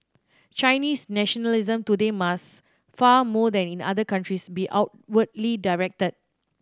Chinese nationalism today must far more than in other countries be outwardly directed